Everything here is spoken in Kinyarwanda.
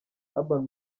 urban